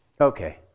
Okay